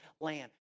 land